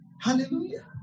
hallelujah